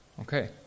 Okay